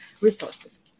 resources